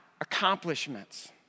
accomplishments